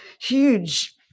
huge